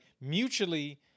mutually